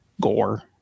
gore